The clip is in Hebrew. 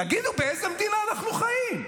תגידו, באיזו מדינה אנחנו חיים?